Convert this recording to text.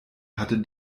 hatte